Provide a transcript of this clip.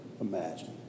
imagine